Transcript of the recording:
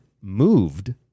moved